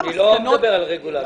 אני עכשיו שלא מדבר על רגולטור.